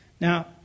Now